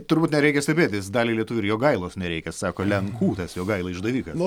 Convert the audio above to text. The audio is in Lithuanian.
turbūt nereikia stebėtis daliai lietuvių ir jogailos nereikia sako lenkų tas jogaila išdavikas